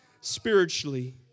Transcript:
spiritually